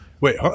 Wait